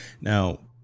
Now